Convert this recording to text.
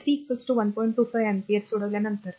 25 ampere सोडविल्यानंतर